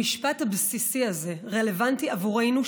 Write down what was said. המשפט הבסיסי הזה רלוונטי עבורנו,